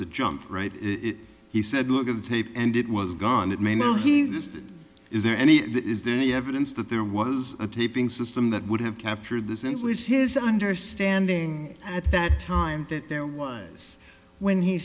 a jump right he said look at the tape and it was gone it may know he this is there any is there any evidence that there was a taping system that would have captured this it was his understanding at that time that there was when he